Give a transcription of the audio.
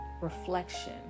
reflection